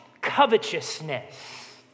Covetousness